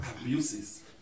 abuses